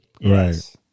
Right